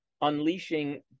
unleashing